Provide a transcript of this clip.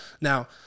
Now